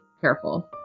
careful